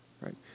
right